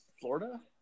Florida